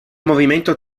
movimento